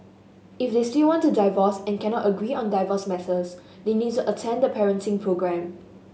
if they still want to divorce and cannot agree on divorce matters they need to attend the parenting programme